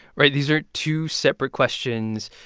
right. these are two separate questions.